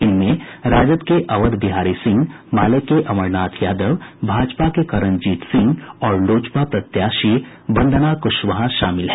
इनमें राजद के अवध बिहारी सिंह माले के अमरनाथ यादव भाजपा के करणजीत सिंह और लोजपा प्रत्याशी वंदना कुशवाहा शामिल हैं